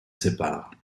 sépare